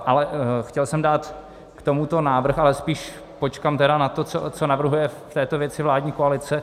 Ale chtěl jsem dát k tomuto návrh, ale spíš počkám, co navrhuje v této věci vládní koalice.